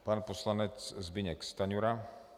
Pan poslanec Zbyněk Stanjura.